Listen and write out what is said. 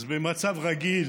במצב רגיל